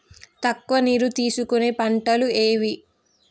తక్కువ నీరు తీసుకునే పంటలు ఏవి?